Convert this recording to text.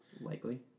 Likely